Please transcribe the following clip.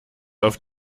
auf